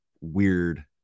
weird